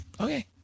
Okay